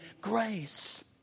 grace